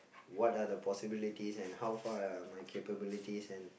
what are the possibilities and how far are my capabilities and